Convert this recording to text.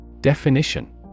Definition